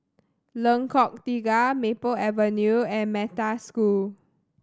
Lengkok Tiga Maple Avenue and Metta School